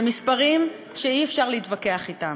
אלו מספרים שאי-אפשר להתווכח אתם.